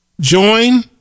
Join